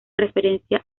referencia